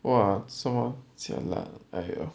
!wah! so jialat !aiyo!